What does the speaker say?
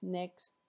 next